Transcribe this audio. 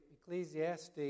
Ecclesiastes